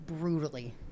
brutally